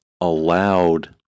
allowed